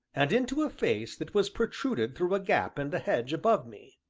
and into a face that was protruded through a gap in the hedge above me.